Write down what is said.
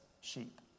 sheep